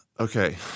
Okay